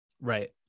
Right